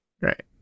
Right